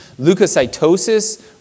Leukocytosis